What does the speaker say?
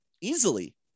easily